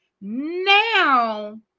now